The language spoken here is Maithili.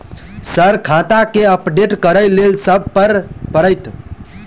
सर खाता केँ अपडेट करऽ लेल की सब करै परतै?